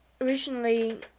originally